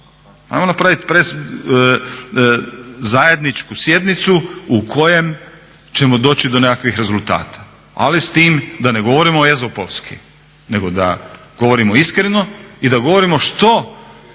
Ajmo napraviti zajedničku sjednicu u kojem ćemo doći do nekakvih rezultata, ali s tim da ne govorimo Ezopovski, nego da govorimo iskreno i da govorimo što,